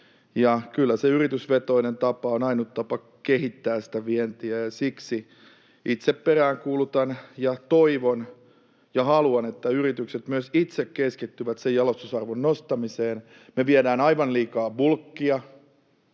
Kyllä se yritysvetoinen tapa on ainut tapa kehittää sitä vientiä, ja siksi itse peräänkuulutan ja toivon ja haluan, että yritykset myös itse keskittyvät sen jalostusarvon nostamiseen. Me viedään aivan liikaa bulkkia,